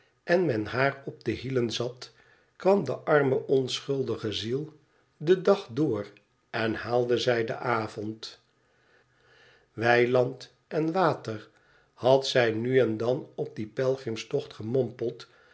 en men haar op de hielen zat kwam de arme onschuldige ziel den dag door en haalde zij den avond weiland en water had zij nu en dan op dien